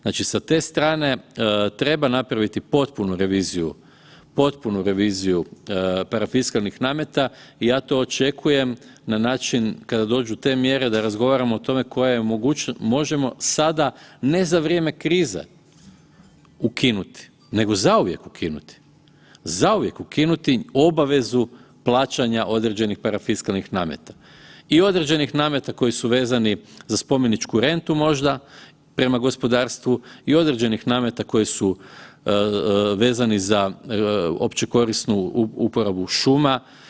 Znači sa te strane treba napraviti potpunu reviziju parafiskalnih nameta i ja to očekuje na način kada dođu te mjere da razgovaramo o tome koje možemo sada, ne za vrijeme krize ukinuti nego zauvijek ukinuti, zauvijek ukinuti obavezu plaćanja određenih parafiskalnih nameta i određenih nameta koji su vezani za spomeničku rentu možda prema gospodarstvu i određenih nameta koji su vezani za opće korisnu uporabu šuma.